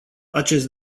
acest